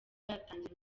yatangira